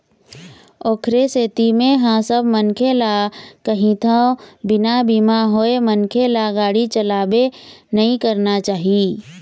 ओखरे सेती मेंहा सब मनखे ल कहिथव बिना बीमा होय मनखे ल गाड़ी चलाबे नइ करना चाही